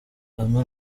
bamwe